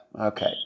Okay